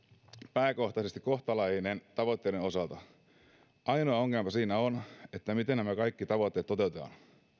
pääkohtaisesti kohtalainen tavoitteiden osalta ainoa ongelma siinä on se miten nämä kaikki tavoitteet toteutetaan